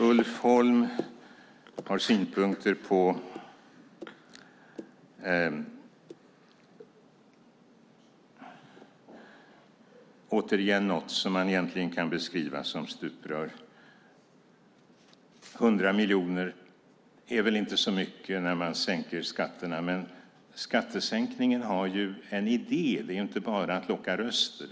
Ulf Holm har synpunkter på något man återigen kan beskriva som stuprör. 100 miljoner är inte så mycket när man sänker skatterna, säger han, men skattesänkningen har ju en idé. Det är inte bara att locka röster.